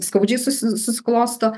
skaudžiai susiklosto